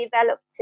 developed